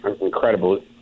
incredible